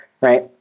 right